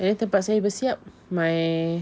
and then tempat saya bersiap my